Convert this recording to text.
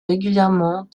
régulièrement